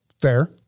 fair